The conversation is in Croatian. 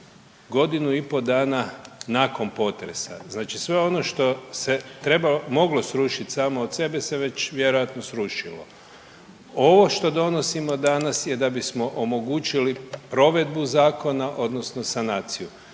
godinu i po dana nakon potresa, znači sve ono što se moglo srušiti samo od sebe se već vjerojatno srušilo. Ovo što donosimo danas je da bismo omogućili provedbu zakona odnosno sanaciju.